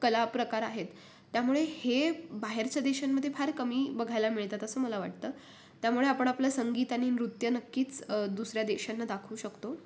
कलाप्रकार आहेत त्यामुळे हे बाहेरच्या देशांमधे फार कमी बघायला मिळतात असं मला वाटतं त्यामुळे आपण आपलं संगीत आणि नृत्य नक्कीच दुसऱ्या देशांना दाखवू शकतो